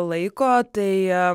laiko tai